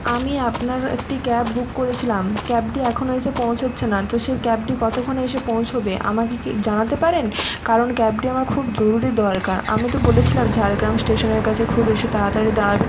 আমি আপনার একটি ক্যাব বুক করেছিলাম ক্যাবটি এখনো এসে পৌঁছোচ্ছে না তো সে ক্যাবটি কতোক্ষণে এসে পৌঁছোবে আমাকে কি জানাতে পারেন কারণ ক্যাবটি আমার খুব জরুরি দরকার আমি তো বলেছিলাম ঝাড়গ্রাম স্টেশনের কাছে খুব এসে তাড়াতাড়ি দাঁড়াবেন